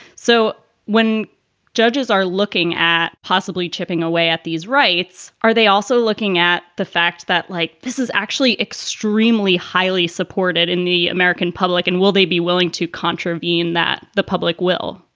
so when judges are looking at possibly chipping away at these rights, are they also looking at the fact that, like, this is actually extremely highly supported in the american public? and will they be willing to contravene that the public will?